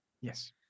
Yes